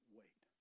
wait